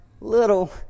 little